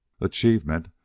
Achievement